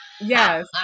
yes